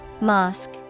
Mosque